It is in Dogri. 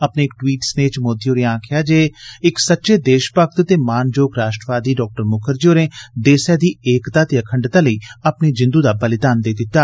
अपने इक द्वीट सनेह च मोदी होरें आक्खेआ जे इक सच्चे देशभक्त ते मानजोग राष्ट्रवादी डॉ मुखर्जी होरें देसै दी एकता ते अखंडता लेई अपनी जिन्दू दा बलिदान देई दित्ता